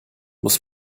muss